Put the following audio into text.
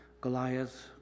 Goliath